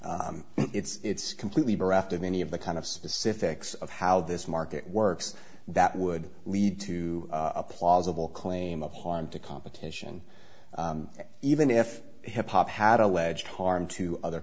public it's completely bereft of any of the kind of specifics of how this market works that would lead to a plausible claim of harm to competition even if hip hop had alleged harm to other